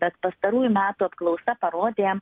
bet pastarųjų metų apklausa parodė